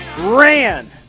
ran